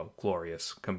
glorious